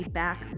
back